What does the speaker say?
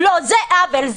לא, זה עוול.